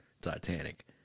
Titanic